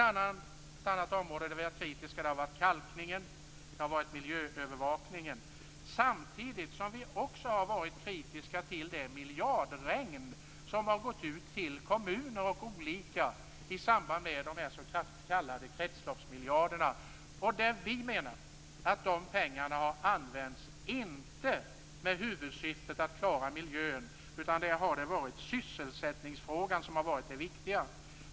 Andra områden där vi har varit kritiska har gällt kalkningen och miljöövervakningen, samtidigt som vi också har varit kritiska till det miljardregn som har gått ut till kommuner och andra i samband med de s.k. kretsloppsmiljarderna. Vi menar att pengarna inte har använts med huvudsyftet att klara miljön, utan det är sysselsättningsfrågorna som har varit det viktiga.